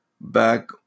back